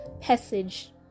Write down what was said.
passage